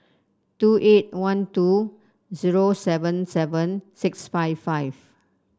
two eight one two zero seven seven six five five